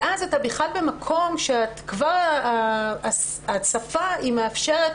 ואז אתה בכלל במקום שכבר ההצפה מאפשרת